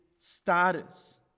Status